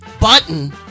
Button